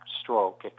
stroke